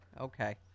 okay